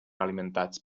alimentats